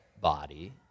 body